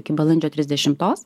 iki balandžio trisdešimtos